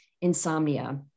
insomnia